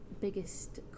biggest